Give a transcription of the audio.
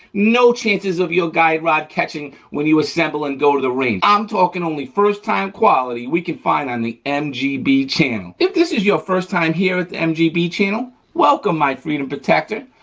no chances of your guide rod catching when you assemble and go to the range. i'm talking only the first time quality, we can find on the m g b channel. if this is your first time here at the m g b channel, welcome my freedom protector!